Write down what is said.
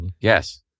yes